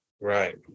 Right